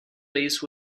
base